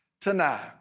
tonight